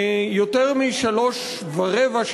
יותר משלוש שעות ורבע,